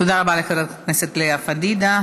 תודה רבה לחברת הכנסת לאה פדידה.